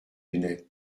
lunettes